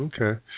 Okay